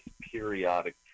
periodic